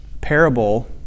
Parable